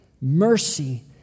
mercy